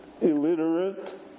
illiterate